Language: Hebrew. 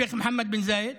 שייח' מוחמד בן זאיד?